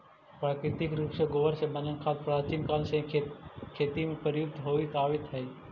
प्राकृतिक रूप से गोबर से बनल खाद प्राचीन काल से ही खेती में प्रयुक्त होवित आवित हई